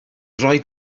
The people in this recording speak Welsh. rhaid